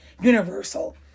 universal